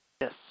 Yes